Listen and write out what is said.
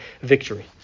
victory